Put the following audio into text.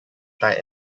died